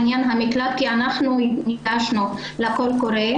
עלייה במקרי אלימות במשפחה ורצח נשים בתקופת הקורונה.